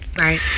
Right